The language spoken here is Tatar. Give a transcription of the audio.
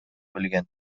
белгән